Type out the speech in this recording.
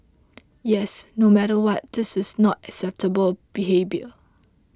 yes no matter what this is not acceptable behaviour